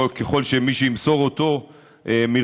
ככל שמישהו ימסור אותו מרצונו,